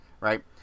right